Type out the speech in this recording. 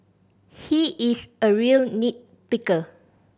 he is a real nit picker